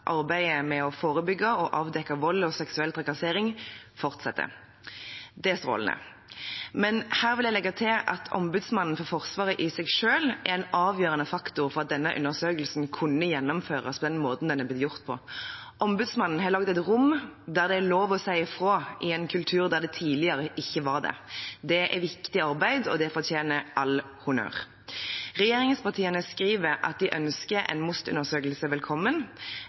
arbeidet med å forebygge og avdekke vold og seksuell trakassering fortsetter. Det er strålende. Men her vil jeg legge til at Ombudsmannen for Forsvaret i seg selv er en avgjørende faktor for at denne undersøkelsen kunne gjennomføres på den måten den er blitt gjort på. Ombudsmannen har laget et rom der det er lov å si fra i en kultur der det tidligere ikke var det. Det er viktig arbeid, og det fortjener all honnør. Regjeringspartiene skriver at de ønsker en MOST-undersøkelse velkommen,